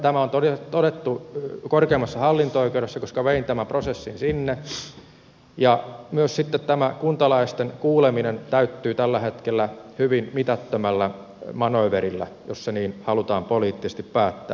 tämä on todettu korkeimmassa hallinto oikeudessa koska vein tämän prosessin sinne ja myös sitten tämä kuntalaisten kuuleminen täyttyy tällä hetkellä hyvin mitättömällä manööverillä jos se niin halutaan poliittisesti päättää